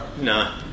no